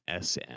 SM